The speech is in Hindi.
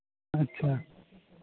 अच्छा